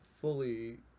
fully